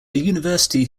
university